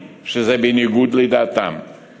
ששם עלו שבטים שבטי-יה עדות לישראל להדות לשם ה'.